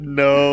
no